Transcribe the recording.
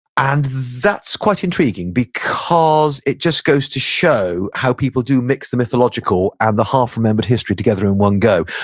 and that's quite intriguing because it just goes to show how people do mix the mythological and the half-remembered history together in one go.